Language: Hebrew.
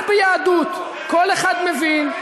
רק ביהדות כל אחד מבין,